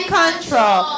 control